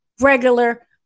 regular